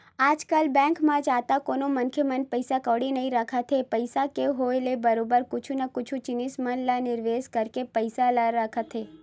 आजकल बेंक म जादा कोनो मनखे मन पइसा कउड़ी नइ रखत हे पइसा के होय ले बरोबर कुछु न कुछु जिनिस मन म निवेस करके पइसा ल रखत हे